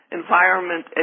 environment